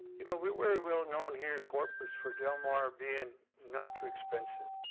you know we're very well known, here in corpus, for del mar being not too expensive.